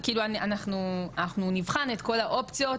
בסדר, אנחנו נבחן את כל האופציות,